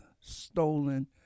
Stolen